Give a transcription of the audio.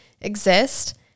exist